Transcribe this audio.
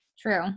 True